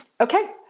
Okay